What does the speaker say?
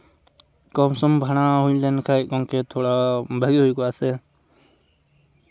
ᱠᱚᱢᱥᱚᱢ ᱵᱷᱟᱲᱟ ᱦᱩᱭ ᱞᱮᱱᱠᱷᱟᱱ ᱤᱱᱠᱟᱹ ᱛᱷᱚᱲᱟ ᱵᱷᱟᱹᱜᱤ ᱦᱩᱭ ᱠᱚᱜᱼᱟ ᱥᱮ